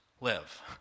live